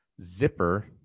zipper